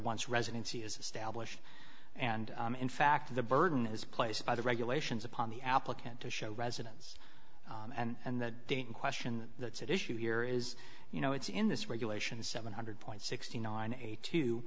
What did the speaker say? once residency is established and in fact the burden is placed by the regulations upon the applicant to show residence and the date in question that's at issue here is you know it's in this regulation seven hundred point six nine eight